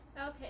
Okay